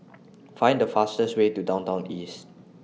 Find The fastest Way to Downtown East